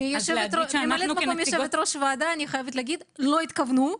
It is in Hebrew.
כיושבת ראש הוועדה אני חייבת להגיד שהם לא התכוונו.